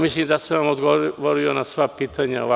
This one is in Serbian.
Mislim da sam vam odgovorio na sva ključna pitanja.